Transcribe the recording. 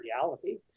reality